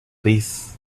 this